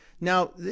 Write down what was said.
Now